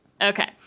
Okay